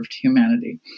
humanity